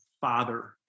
father